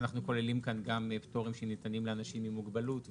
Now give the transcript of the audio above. אנחנו כוללים כאן גם פטורים שניתנים לאנשים עם מוגבלות וכו'.